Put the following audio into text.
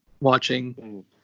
watching